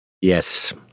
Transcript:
Yes